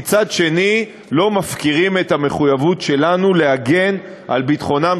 ומצד שני לא מפקירים את המחויבות שלנו להגן על ביטחונם